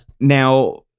Now